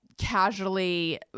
casually